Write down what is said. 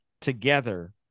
together